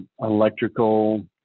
electrical